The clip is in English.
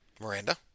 Miranda